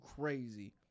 crazy